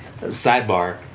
sidebar